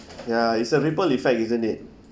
ya it's a ripple effect isn't it